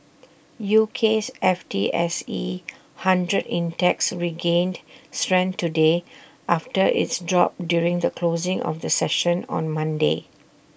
UK's F T S E hundred index regained strength today after its drop during the closing of the session on Monday